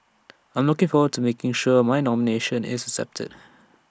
I'm looking forward to making sure my nomination is accepted